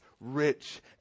rich